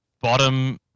bottom